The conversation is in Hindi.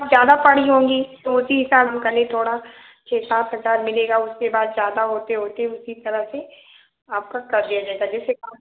ज़्यादा पढ़ी होंगी तो उसी हिसाब से करिए थोड़ा छः सात हजार मिलेगा उसके बाद ज़्यादा होते होते उसी तरह से आपका कर दिया जाएगा जैसे आप